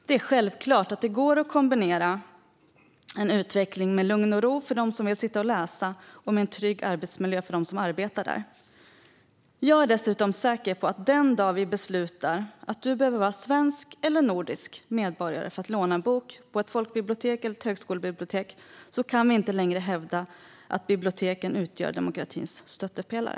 Det är självklart att det går att kombinera en utveckling med lugn och ro för dem som vill sitta och läsa med en trygg arbetsmiljö för dem som arbetar där. Jag är dessutom säker på att den dag vi beslutar att man behöver vara svensk eller nordisk medborgare för att låna en bok på ett folkbibliotek eller ett högskolebibliotek kan vi inte längre hävda att biblioteken utgör demokratins stöttepelare.